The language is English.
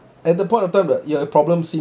at the point of time that your problem